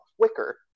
quicker